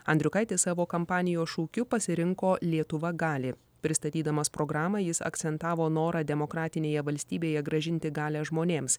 andriukaitis savo kampanijos šūkiu pasirinko lietuva gali pristatydamas programą jis akcentavo norą demokratinėje valstybėje grąžinti galią žmonėms